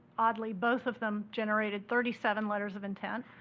oddly, both of them generated thirty seven letters of intent.